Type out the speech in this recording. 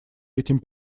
этим